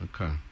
Okay